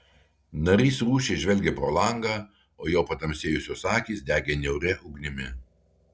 narys rūsčiai žvelgė pro langą o jo patamsėjusios akys degė niauria ugnimi